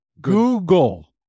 Google